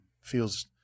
feels